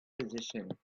position